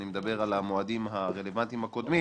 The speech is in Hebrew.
אני מדבר על המועדים הרלוונטיים הקודמים